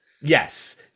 Yes